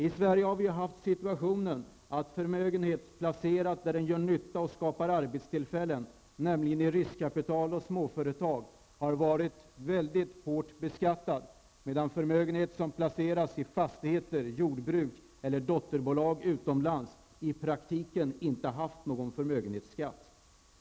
I Sverige har vi ju haft en situation där förmögenhet placerad där den gör nytta och skapar arbetstillfällen, nämligen i riskkapital och småföretag, har varit mycket hårt beskattad, medan förmögenhet som placerats i fastigheter, jordbruk och dotterbolag utomlands i praktiken inte haft någon förmögenhetsskatt.